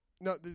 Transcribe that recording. No